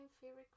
favorite